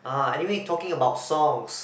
ah anyway talking about songs